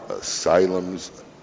Asylum's